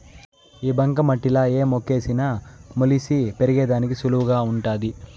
ఈ బంక మట్టిలా ఏ మొక్కేసిన మొలిసి పెరిగేదానికి సులువుగా వుంటాది